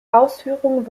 ausführung